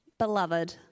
Beloved